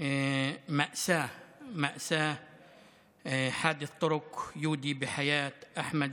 אני רוצה לפתוח בברכה למאות